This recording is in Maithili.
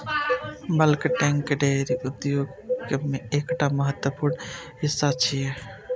बल्क टैंक डेयरी उद्योग के एकटा महत्वपूर्ण हिस्सा छियै